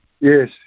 Yes